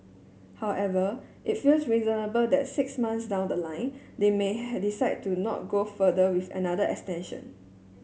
however it feels reasonable that six months down the line they may had decide to not go further with another extension